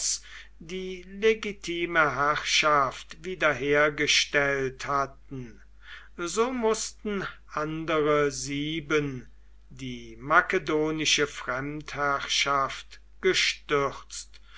die legitime herrschaft wiederhergestellt hatten so mußten andere sieben die makedonische fremdherrschaft gestürzt